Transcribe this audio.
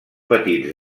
petits